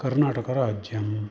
कर्णाटकराज्यम्